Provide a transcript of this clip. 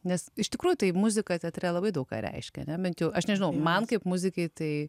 nes iš tikrųjų tai muzika teatre labai daug ką reiškia ne bent jau aš nežinau man kaip muzikei tai